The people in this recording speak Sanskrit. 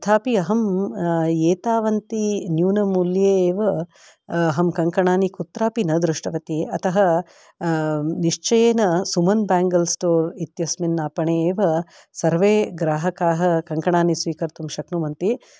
तथापि अहम् एतावन्ति न्यूनमूल्ये एव अहं कङ्कणानि कुत्रापि न दृष्टवती अतः निश्चयेन सुमन् बेङ्गल् स्टोर् इत्यस्मिन् आपणे एव सर्वे ग्राहकाः कङ्कणानि स्वीकर्तुं शक्नुवन्ति